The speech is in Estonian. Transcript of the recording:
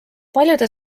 paljude